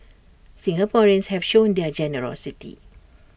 Singaporeans have shown their generosity